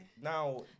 now